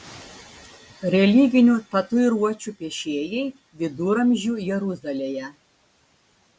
religinių tatuiruočių piešėjai viduramžių jeruzalėje